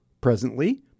presently